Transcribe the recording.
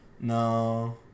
No